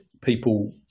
people